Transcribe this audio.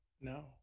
No